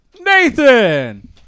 Nathan